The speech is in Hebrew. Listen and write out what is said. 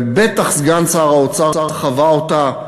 ובטח סגן שר האוצר חווה אותה,